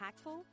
impactful